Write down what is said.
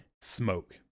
smoke